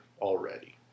already